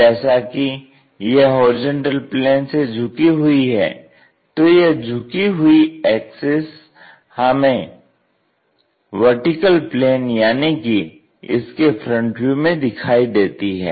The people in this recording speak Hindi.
जैसा कि यह होरिजेंटल प्लेन से झुकी हुई है तो यह झुकी हुई एक्सिस हमें वर्टिकल प्लेन यानी कि इसके फ्रंट व्यू में दिखाई देती है